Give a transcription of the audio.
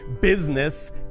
business